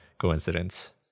coincidence